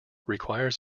requires